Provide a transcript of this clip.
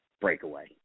breakaway